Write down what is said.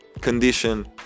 condition